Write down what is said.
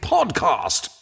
Podcast